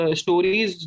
stories